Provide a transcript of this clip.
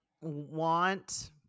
want